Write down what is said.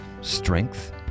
strength